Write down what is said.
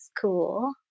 cool